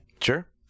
Sure